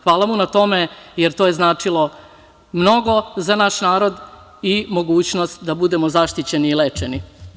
Hvala mu na tome jer to je značilo mnogo za naš narod i mogućnost da budemo zaštićeni i lečeni.